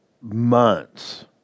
months